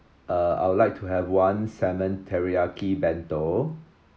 uh I would like to have one salmon teriyaki bento